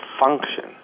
function